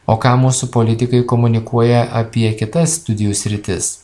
o ką mūsų politikai komunikuoja apie kitas studijų sritis